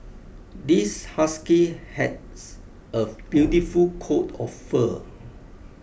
this husky has a beautiful coat of fur